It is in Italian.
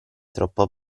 troppo